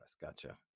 gotcha